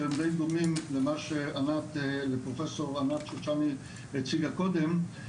שהם די דומים למה שאמרת לפרופסור ענת שושני הציגה קודם.